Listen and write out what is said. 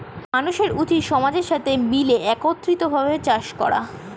মানুষের উচিত সমাজের সাথে মিলে একত্রিত ভাবে চাষ করা